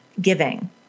giving